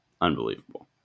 unbelievable